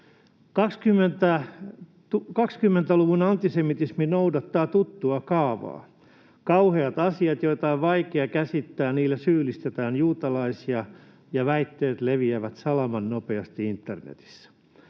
20-luvun antisemitismi noudattaa tuttua kaavaa: kauheilla asioilla, joita on vaikea käsittää, syyllistetään juutalaisia, ja väitteet leviävät salamannopeasti internetissä.